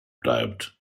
bleibt